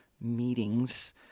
meetings